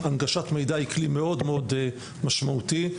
הנגשת מידע היא כלי משמעותי מאוד.